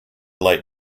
light